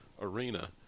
arena